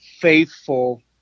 faithful